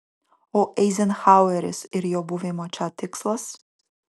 o eizenhaueris ir jo buvimo čia tikslas